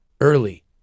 early